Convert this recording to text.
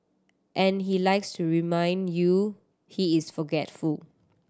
and he likes to remind you he is forgetful